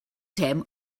him